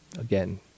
Again